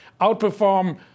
outperform